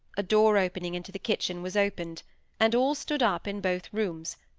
a door opening into the kitchen was opened and all stood up in both rooms,